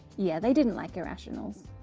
yeah they didn't like irrationals.